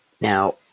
Now